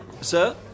Sir